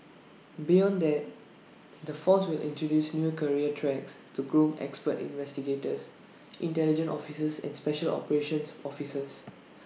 beyond that the force will introduce new career tracks to groom expert investigators intelligence officers and special operations officers